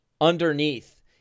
underneath